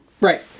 Right